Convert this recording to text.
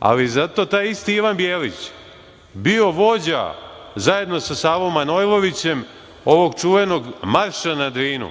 Ali zato taj isti Ivan Bjelić je bio vođa, zajedno sa Savom Manojlovićem, ovog čuvenog marša na Drinu,